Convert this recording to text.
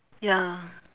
ya